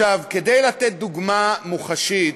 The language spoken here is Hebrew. כדי לתת דוגמה מוחשית,